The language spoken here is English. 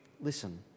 listen